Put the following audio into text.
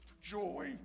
joy